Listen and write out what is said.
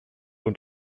und